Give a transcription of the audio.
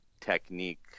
technique